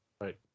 Right